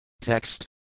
Text